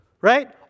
right